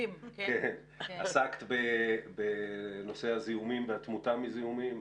עסקת בנושא הזיהומים והתמותה מזיהומים.